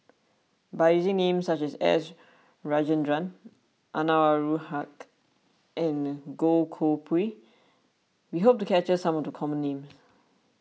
by using names such as S Rajendran Anwarul Haque and Goh Koh Pui we hope to capture some of the common names